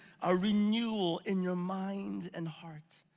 a renewal in your mind and heart.